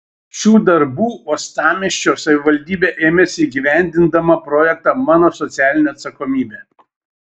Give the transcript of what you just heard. šių darbų uostamiesčio savivaldybė ėmėsi įgyvendindama projektą mano socialinė atsakomybė